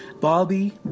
Bobby